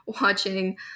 watching